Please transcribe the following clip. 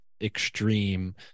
extreme